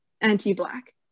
anti-black